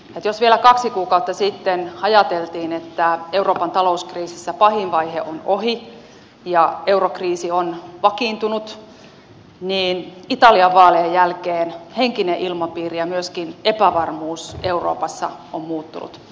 jos vielä kaksi kuukautta sitten ajateltiin että euroopan talouskriisissä pahin vaihe on ohi ja eurokriisi on vakiintunut niin italian vaalien jälkeen henkinen ilmapiiri ja myöskin epävarmuus euroopassa on muuttunut